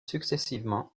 successivement